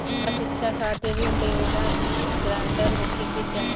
का शिक्षा खातिर ऋण लेवेला भी ग्रानटर होखे के चाही?